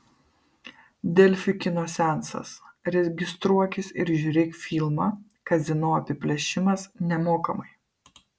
delfi kino seansas registruokis ir žiūrėk filmą kazino apiplėšimas nemokamai